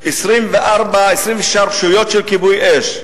26 הרשויות של כיבוי אש,